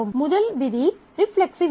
முதல் விதி ரிஃப்ளெக்ஸிவிட்டி